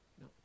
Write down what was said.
No